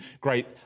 great